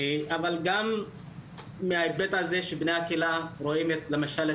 אבל גם מההיבט הזה שבני הקהילה רואים למשל,